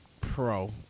Pro